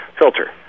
filter